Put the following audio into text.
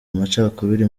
amacakubiri